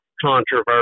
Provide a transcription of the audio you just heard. controversy